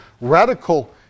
radical